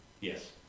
Yes